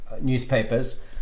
newspapers